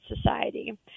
society